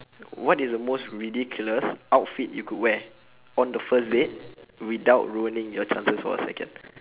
what is the most ridiculous outfit you could wear on the first date without ruining your chances for a second